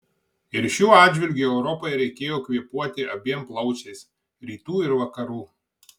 ir šiuo atžvilgiu europai reikėjo kvėpuoti abiem plaučiais rytų ir vakarų